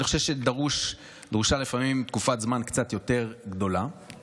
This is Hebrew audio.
אני חושב שלפעמים דרושה תקופת זמן קצת יותר ארוכה.